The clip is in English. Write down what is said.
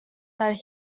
that